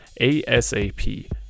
ASAP